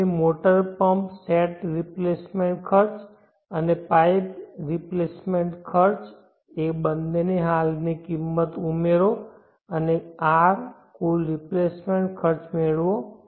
તમે motor pump set replacement ખર્ચ અને પાઇપ રિપ્લેસમેન્ટ ખર્ચ તે બંનેની હાલની કિંમત ઉમેરો અને R કુલ રિપ્લેસમેન્ટ ખર્ચ મેળવો